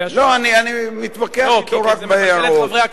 לא, אני מתווכח אתו רק בהערות.